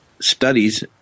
studies